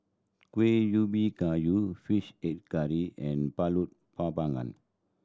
Kuih Ubi Kayu Fish Head Curry and pulut